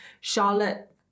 Charlotte